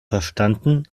verstanden